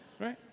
Right